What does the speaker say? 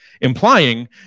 implying